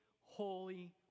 holy